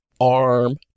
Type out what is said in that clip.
arm